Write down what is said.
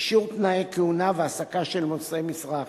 אישור תנאי כהונה והעסקה של נושאי משרה אחרים.